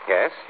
Yes